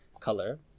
color